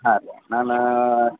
ಹಾಂ ರೀ ನಾನು